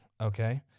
okay